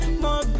More